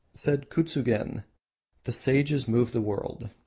said kuzugen the sages move the world.